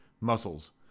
Muscles